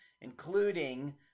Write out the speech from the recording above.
including